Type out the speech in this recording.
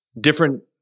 different